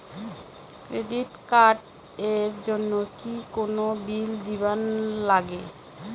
Credit card এর জন্যে কি কোনো বিল দিবার লাগে?